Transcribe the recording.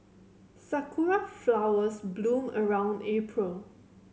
sakura flowers bloom around April